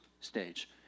stage